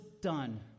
done